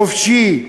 חופשי,